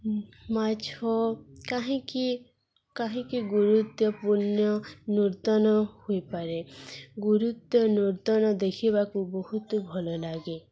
ମାଛ କାହିଁକି କାହିଁକି ଗୁରୁତ୍ୱପୂର୍ଣ୍ଣ ନୂର୍ତନ ହୋଇପାରେ ଗୁରୁତ୍ୱ ନୂର୍ତନ ଦେଖିବାକୁ ବହୁତ ଭଲ ଲାଗେ